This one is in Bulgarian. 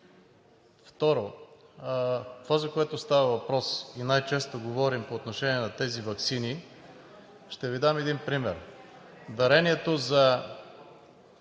Второ, това, за което става въпрос и най-често говорим по отношение на тези ваксини, ще Ви дам един пример – дарението за